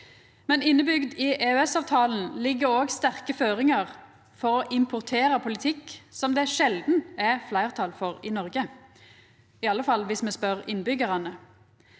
men innebygd i EØS-avtalen ligg òg sterke føringar for å importera politikk som det sjeldan er fleirtal for i Noreg – i alle fall viss me spør innbyggjarane.